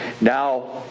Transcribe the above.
Now